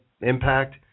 Impact